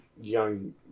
young